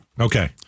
Okay